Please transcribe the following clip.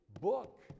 book